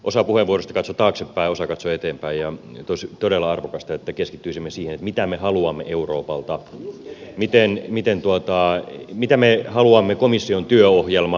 osa puheenvuoroista katsoi taaksepäin osa katsoi eteenpäin ja nyt olisi todella arvokasta että keskittyisimme siihen mitä me haluamme euroopalta mitä me haluamme komission työohjelmaan